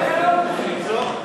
חברת הכנסת מירי רגב,